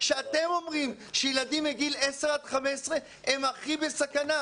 אתם אומרים שילדים מגיל 10 עד 15 הם בסכנה.